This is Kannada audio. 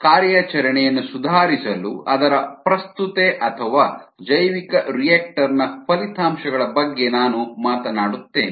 ಕಾರ್ಯಾಚರಣೆಯನ್ನು ಸುಧಾರಿಸಲು ಅದರ ಪ್ರಸ್ತುತತೆ ಅಥವಾ ಜೈವಿಕರಿಯಾಕ್ಟರ್ ನ ಫಲಿತಾಂಶಗಳ ಬಗ್ಗೆ ನಾನು ಮಾತನಾಡುತ್ತೇನೆ